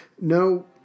No